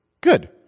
Good